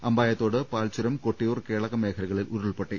Ambayathode Palchuram Kottiyoor Kelakam മേഖലകളിൽ ഉരുൾപ്പൊട്ടി